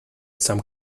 some